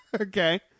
Okay